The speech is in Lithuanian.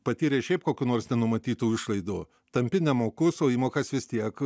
patyrė šiaip kokių nors nenumatytų išlaidų tampi nemokus o įmokas vis tiek